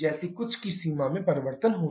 जैसी कुछ की सीमा में परिवर्तन होता है